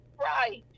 Right